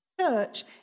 church